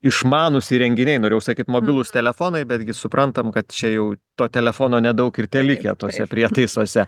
išmanūs įrenginiai norėjau sakyt mobilūs telefonai betgi suprantam kad čia jau to telefono nedaug ir telikę tuose prietaisuose